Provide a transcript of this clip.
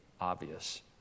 obvious